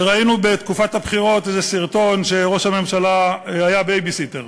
וראינו בתקופת הבחירות איזה סרטון שראש הממשלה היה בייביסיטר.